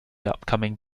upcoming